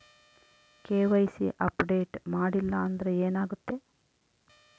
KYC update ಮಾಡಿಲ್ಲ ಅಂದ್ರೆ ಏನಾಗುತ್ತೆ?